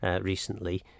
recently